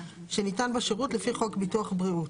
שניתן בה שירות לפי חוק ביטוח בריאות.